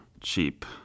cheap